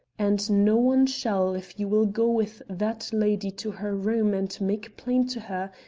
and no one shall, if you will go with that lady to her room, and make plain to her,